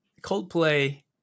Coldplay